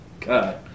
god